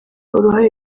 uruhare